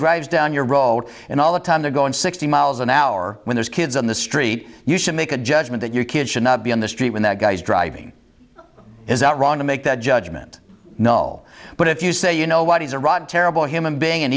drives down your role and all the time to go in sixty miles an hour when there's kids on the street you should make a judgment that your kid should not be on the street when that guy is driving is it wrong to make that judgment no but if you say you know what he's a terrible human being and